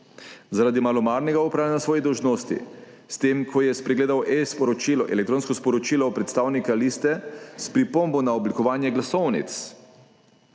Zaradi malomarnega opravljanja svojih dolžnosti, s tem ko je spregledal elektronsko sporočilo predstavnika liste s pripombo na oblikovanje glasovnic,